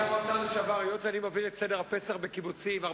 אז חברים יקרים, זה לא שר-על לאסטרטגיה כלכלית,